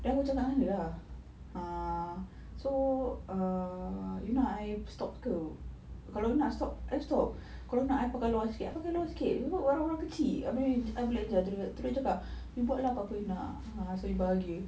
dah aku cakap dengan dia ah uh so err you nak I stop ke kalau you nak stop I stop kalau you nak I pakai sikit I pakai lawa sikit you know barang-barang kecil abeh abeh dia terus cakap you buat lah apa-apa you nak asal you bahagia